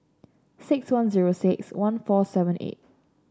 six one zero six one four seven eight